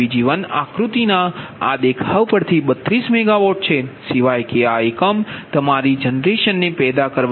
આ Pg1 આકૃતિ ના આ દેખાવ પરથી 32 મેગાવોટ છે સિવાય કે આ એકમ તમારી જનરેશનને પેદા કરવા માટે 46